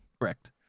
Correct